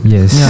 Yes